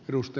rusty